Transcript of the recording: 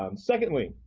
um secondly,